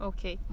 Okay